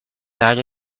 that